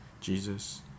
Jesus